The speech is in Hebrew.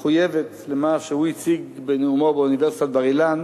מחויבת למה שהוא הציג בנאומו באוניברסיטת בר-אילן,